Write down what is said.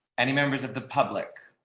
any members of the public.